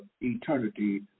eternity